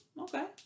Okay